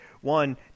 one